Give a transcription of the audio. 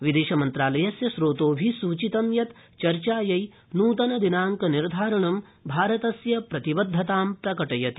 विदेशमन्त्रालयस्य स्रोतोभि सूचितं यत् चर्चायै न्तनदिनांकनिर्धारणं भारतस्य प्रतिबद्धता प्रकटयति